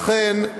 לכן,